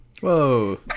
Whoa